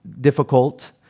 difficult